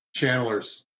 channelers